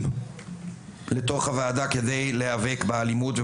טוב ראשית אנחנו אף אחד לא יכול להתעלם ממה